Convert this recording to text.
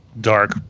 dark